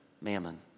Mammon